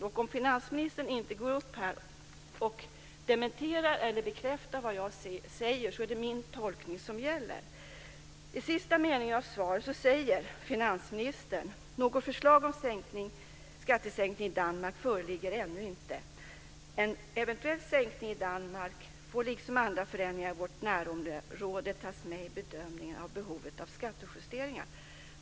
Om finansministern inte går upp och dementerar eller bekräftar vad jag säger är det min tolkning som gäller. I sista stycket i svaret säger finansministern: "Något förslag om skattesänkningar i Danmark föreligger ännu inte. En eventuell skattesänkning i Danmark får liksom andra förändringar i vårt närområde tas med i bedömningen av behovet av skattejusteringar."